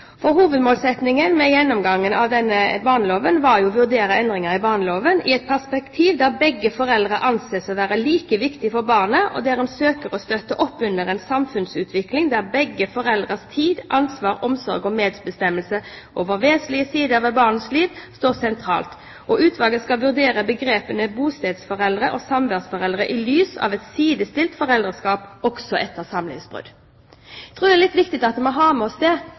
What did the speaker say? gjennomgangen av barneloven var å vurdere endringer i barneloven i et perspektiv der begge foreldre anses å være like viktige for barnet, og der en søker å støtte opp under en samfunnsutvikling der begge foreldres tid, ansvar, omsorg og medbestemmelse over vesentlige sider ved barnets liv står sentralt. Utvalget skal vurdere begrepene bostedsforeldre og samværsforeldre i lys av et sidestilt foreldreskap også etter samværsbrudd. Jeg tror det er litt viktig at vi har med oss det